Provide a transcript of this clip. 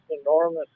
enormous